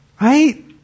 Right